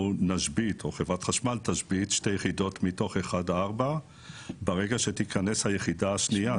חברת החשמל תשבית שתי יחידות מתוך 1-4. ברגע שתיכנס היחידה השנייה,